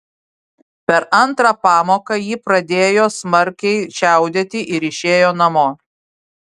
per antrą pamoką ji pradėjo smarkiai čiaudėti ir išėjo namo